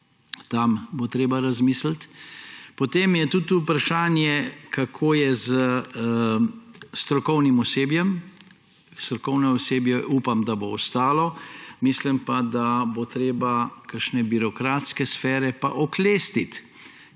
tam bo treba razmisliti. Potem je tudi vprašanje, kako je s strokovnim osebjem. Strokovno osebje, upam, da bo ostalo. Mislim pa, da bo treba kakšne birokratske sfere oklestiti.